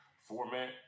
format